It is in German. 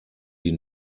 die